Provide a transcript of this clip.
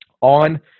on